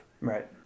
Right